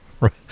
right